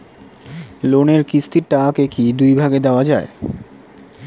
লোনের কিস্তির টাকাকে কি দুই ভাগে দেওয়া যায়?